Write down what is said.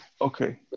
Okay